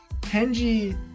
Kenji